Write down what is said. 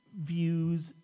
views